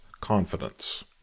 confidence